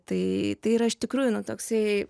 tai tai yra iš tikrųjų nu toksai